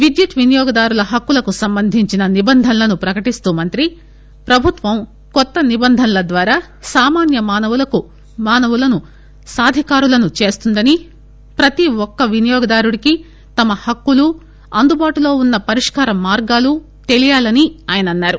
విద్యుత్ వినియోగదారుల హక్కులకు సంబంధించిన నిబంధనలను ప్రకటిస్తూ మంత్రి ప్రభుత్వం కొత్త నిబంధనల ద్వారా సామాన్య మానవులను సాధికారులను చేస్తుందని ప్రతి ఒక్క వినియోగదారుడికి తమ హక్కులూ అందుబాటులో ఉన్న పరిష్కార మార్గాలు తెలియాలని ఆయన అన్నారు